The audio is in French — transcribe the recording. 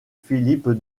philippe